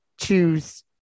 choose